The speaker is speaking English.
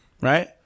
right